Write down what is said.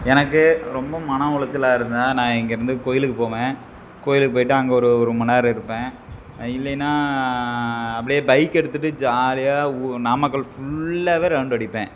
எனக்கு ரொம்ப மன உளைச்சலா இருந்தால் நான் இங்கிருந்து கோயிலுக்குப் போவேன் கோயிலுக்குப் போய்விட்டு அங்கே ஒரு ஒரு மணி நேரம் இருப்பேன் இல்லைன்னா அப்படியே பைக் எடுத்துகிட்டு ஜாலியாக நாமக்கல் ஃபுல்லாகவே ரௌண்டு அடிப்பேன்